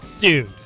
Dude